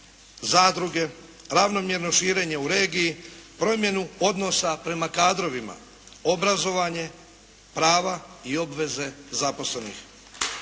zadruge, ravnomjerno širenje u regiji, promjenu odnosa prema kadrovima, obrazovanje, prava i obveze zaposlenih.